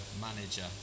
manager